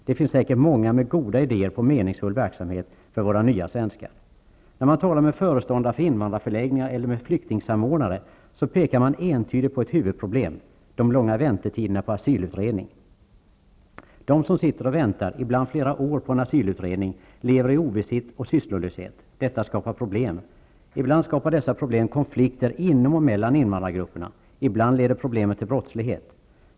Det finns säkert många goda idéer på meningsfull verksamhet för våra nya svenskar. När man talar med föreståndare för invandrarförläggningar eller med flyktingsamordnare pekar de entydigt på ett huvudproblem, de långa väntetiderna på asylutredning. De som sitter och väntar -- ibland flera år -- på en asylutredning lever i ovisshet och sysslolöshet. Detta skapar problem. Ibland skapar dessa problem konflikter inom och mellan invandrargrupperna, ibland leder problemen till brottslighet.